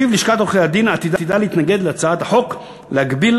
שלפיו לשכת עורכי-הדין עתידה להתנגד להצעת החוק להגביל